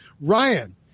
Ryan